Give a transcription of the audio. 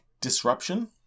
Disruption